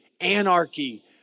anarchy